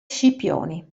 scipioni